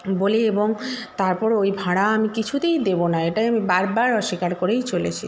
বলি এবং তারপর ওই ভাড়া আমি কিছুতেই দেবো না এটাই আমি বারবার অস্বীকার করেই চলেছি